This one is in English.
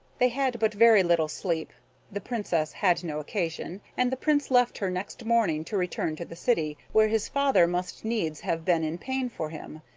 they had but very little sleep the princess had no occasion and the prince left her next morning to return to the city, where his father must needs have been in pain for him.